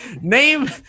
name